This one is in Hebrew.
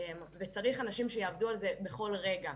וצריך אנשים שיעבדו על זה בכל רגע.